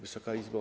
Wysoka Izbo!